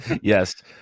Yes